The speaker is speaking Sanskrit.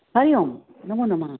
हरिः ओं नमोनमः